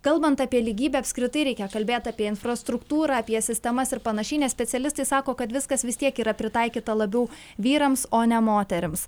kalbant apie lygybę apskritai reikia kalbėti apie infrastruktūrą apie sistemas ir panašiai nes specialistai sako kad viskas vis tiek yra pritaikyta labiau vyrams o ne moterims